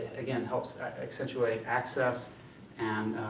again, helps accentuate access and